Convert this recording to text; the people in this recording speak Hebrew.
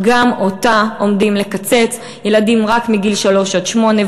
גם אותה עומדים לקצץ: ילדים רק מגיל שלוש עד שמונה,